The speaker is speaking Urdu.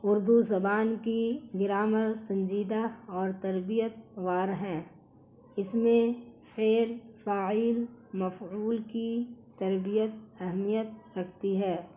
اردو زبان کی گرامر سنجیدہ اور تربیت وار ہیں اس میں فعل فاعل مفعول کی تربیت اہمیت رکھتی ہے